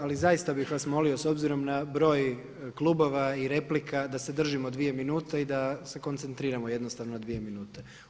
Ali zaista bih vas molio s obzirom na broj klubova i replika da se držimo 2 minute i da se koncentriramo jednostavno na 2 minute.